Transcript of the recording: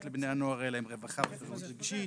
לבני הנוער האלה הם רווחה ובריאות רגשית,